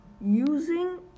using